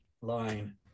line